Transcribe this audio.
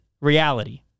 reality